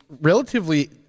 relatively